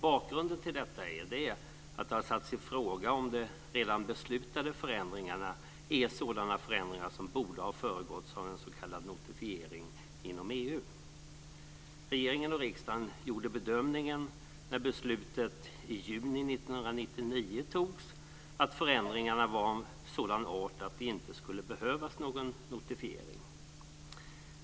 Bakgrunden till detta är att det har satts i fråga om de redan beslutade förändringarna är sådana förändringar som borde ha föregåtts av en s.k. notifiering inom EU. Regeringen och riksdagen gjorde bedömningen när beslutet i juni 1999 togs att förändringarna var av sådan art att det inte skulle behövas någon notifiering.